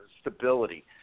stability